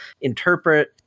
interpret